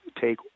take